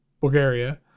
Bulgaria